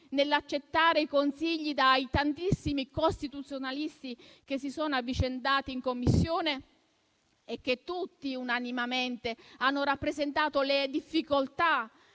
nell'accettare i consigli dai tantissimi costituzionalisti che si sono avvicendati in Commissione, che tutti unanimemente hanno rappresentato le difficoltà